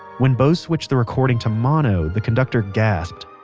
when bose switched the recording to mono the conductor gasped